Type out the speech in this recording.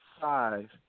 five